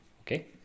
Okay